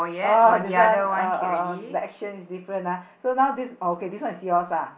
oh this one uh uh the action is different ah so now this one oh okay this one is yours ah